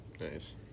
Nice